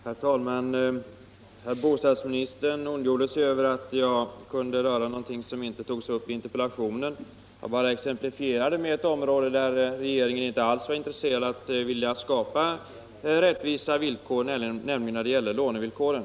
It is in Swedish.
Herr talman! Herr bostadsministern ondgjorde sig över att jag tog upp en sak som inte berörts i interpellationen. Men jag bara exemplifierade med ett område där regeringen inte alls var intresserad av att skapa rättvisa, nämligen i fråga om lånevillkoren.